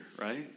right